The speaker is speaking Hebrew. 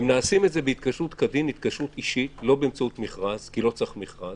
הם עושים את זה בהתקשרות אישית כדין בלי מכרז כי לא צריך מכרז.